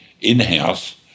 in-house